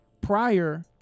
prior